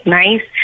nice